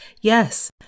Yes